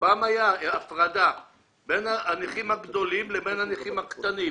פעם הייתה הפרדה בין הנכים הגדולים לבין הנכים הקטנים.